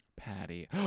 Patty